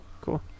cool